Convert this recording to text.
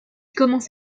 commence